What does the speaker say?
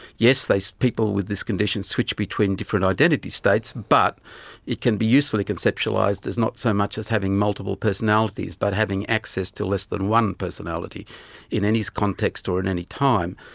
yes, people with this condition switch between different identity states, but it can be usefully conceptualised as not so much as having multiple personalities but having access to less than one personality in any context or in any time.